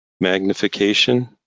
magnification